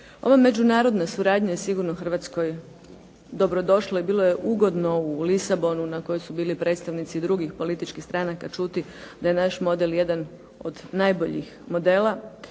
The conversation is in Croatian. Ova međunarodna suradnja sigurno je Hrvatskoj dobro došla i bilo je ugodno u Lisabonu na kojoj su bili predstavnici drugih političkih stranaka čuti da je naš model jedan od najboljih modela.